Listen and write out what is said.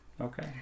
Okay